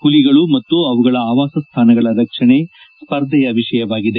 ಹುಲಿಗಳು ಮತ್ತು ಅವುಗಳ ಆವಾಸ್ಥಾನಗಳ ರಕ್ಷಣೆ ಸ್ಪರ್ಧೆಯ ವಿಷಯವಾಗಿದೆ